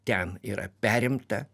ten yra perimta